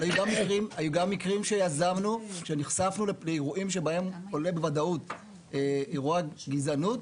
היו גם מקרים שנחשפנו לאירועים שבהם עולה בוודאות אירוע גזענות.